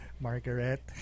margaret